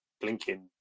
blinking